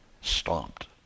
stomped